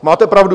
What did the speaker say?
Máte pravdu.